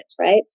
right